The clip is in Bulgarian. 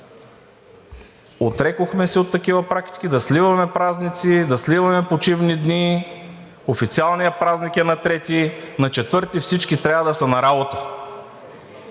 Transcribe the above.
Отрекохме се от такива практики да сливаме празници, да сливаме почивни дни. Официалният празник е на 3-ти, на 4-ти всички трябва да са на работа.